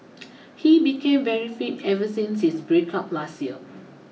he became very fit ever since his break up last year